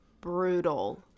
brutal